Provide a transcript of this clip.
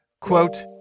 quote